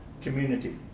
community